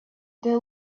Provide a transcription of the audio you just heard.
they